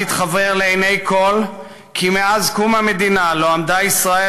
אז התחוור לכול כי מאז קום המדינה לא עמדה ישראל